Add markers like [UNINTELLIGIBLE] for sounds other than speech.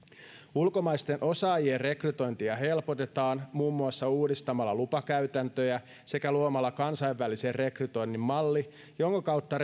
ulkomaisten osaajien rekrytointia helpotetaan muun muassa uudistamalla lupakäytäntöjä sekä luomalla kansainvälisen rekrytoinnin malli jonka kautta [UNINTELLIGIBLE]